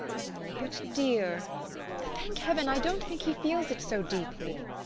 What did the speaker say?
oh, but, dear thank heaven, i don't think he feels it so deeply.